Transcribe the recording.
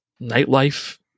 nightlife